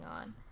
on